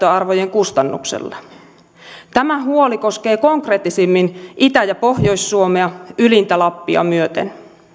kustannuksella tämä huoli koskee konkreettisimmin itä ja pohjois suomea ylintä lappia myöten